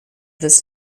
this